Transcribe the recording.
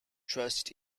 trust